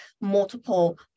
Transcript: multiple